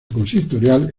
consistorial